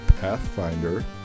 Pathfinder